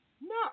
No